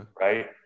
Right